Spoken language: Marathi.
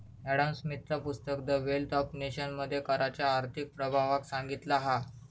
ॲडम स्मिथचा पुस्तक द वेल्थ ऑफ नेशन मध्ये कराच्या आर्थिक प्रभावाक सांगितला हा